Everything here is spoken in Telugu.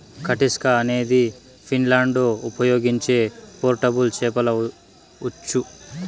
కటిస్కా అనేది ఫిన్లాండ్లో ఉపయోగించే పోర్టబుల్ చేపల ఉచ్చు